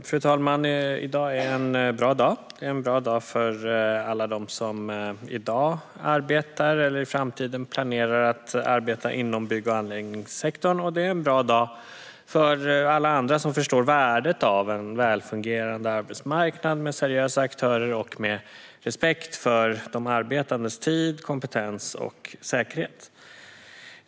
Fru talman! I dag är det en bra dag. Det är en bra dag för alla dem som i dag arbetar inom bygg och anläggningssektorn eller i framtiden planerar att göra det, och det är en bra dag för alla andra som förstår värdet av en välfungerande arbetsmarknad med seriösa aktörer och med respekt för de arbetandes tid, kompetens och säkerhet.